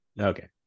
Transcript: okay